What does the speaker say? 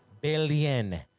Billion